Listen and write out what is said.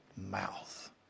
mouth